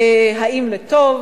האם לטוב,